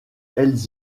elles